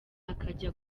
akajya